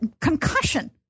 concussion